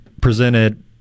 presented